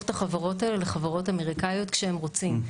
את החברות האלו לחברות אמריקאיות כשהם רוצים.